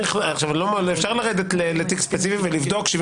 אפשר לרדת לתיק ספציפי ולבדוק 70